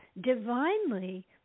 divinely